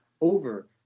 over